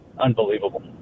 unbelievable